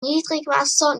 niedrigwasser